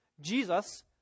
Jesus